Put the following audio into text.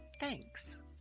Thanks